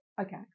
Okay